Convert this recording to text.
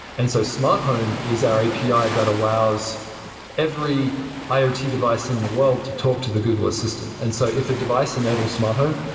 and so smart home is our api ah that allows every iot device in the world to talk to the google assistant. and so if a device enables smart home,